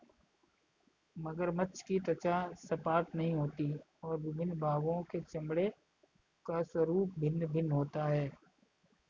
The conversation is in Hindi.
मगरमच्छ की त्वचा सपाट नहीं होती और विभिन्न भागों के चमड़े का स्वरूप भिन्न भिन्न होता है